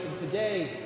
today